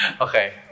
Okay